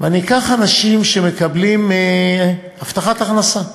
ואני אקח אנשים שמקבלים הבטחת הכנסה: